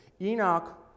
Enoch